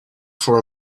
for